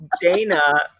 Dana